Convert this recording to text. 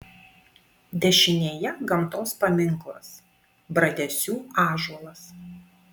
dešinėje gamtos paminklas bradesių ąžuolas